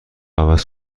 عوض